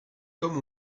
comme